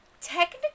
technically